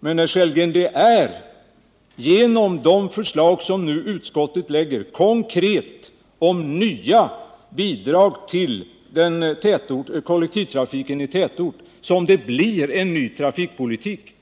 Men, herr Sellgren, det är genom de konkreta förslag som utskottet nu lägger fram, om nya bidrag till kollektivtrafiken i tätorter, som det blir en ny trafikpolitik.